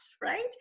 right